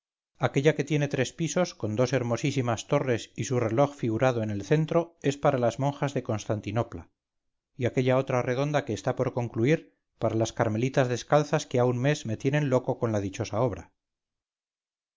aquella que tiene tres pisos con dos hermosísimas torres y su reloj figurado en el centro es para las monjas de constantinopla y aquella otra redonda que está por concluir para las carmelitas descalzas que ha un mes me tienen loco con la dichosa obra